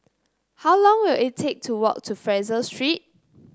how long will it take to walk to Fraser Street